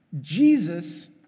Jesus